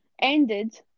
ended